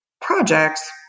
projects